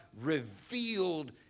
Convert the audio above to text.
revealed